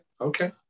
Okay